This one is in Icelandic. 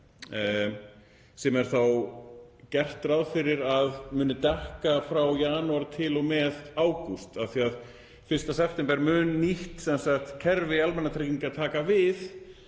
sem er þá gert ráð fyrir að muni dekka frá janúar til og með ágúst af því að 1. september mun nýtt kerfi almannatrygginga taka við